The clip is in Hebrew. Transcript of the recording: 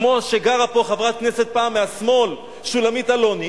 כמו שגרה פה חברת כנסת פעם מהשמאל, שולמית אלוני.